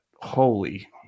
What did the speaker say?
Holy